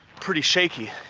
pretty shaky.